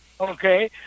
Okay